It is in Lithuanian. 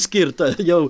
skirta jau